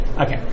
Okay